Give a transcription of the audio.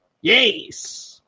Yes